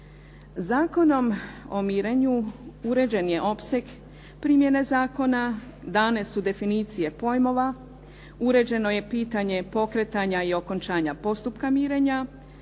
Zakonom o mirenju uređen je opseg primjene zakona, dane su definicije pojmova, uređeno je pitanje pokretanja i okončanja postupka mirenja,